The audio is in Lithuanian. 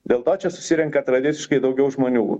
dėl to čia susirenka tradiciškai daugiau žmonių